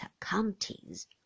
counties